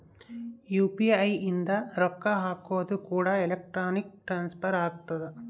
UPI ಇಂದ ರೊಕ್ಕ ಹಕೋದು ಕೂಡ ಎಲೆಕ್ಟ್ರಾನಿಕ್ ಟ್ರಾನ್ಸ್ಫರ್ ಆಗ್ತದ